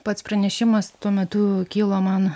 pats pranešimas tuo metu kilo man